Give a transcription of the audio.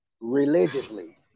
religiously